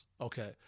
Okay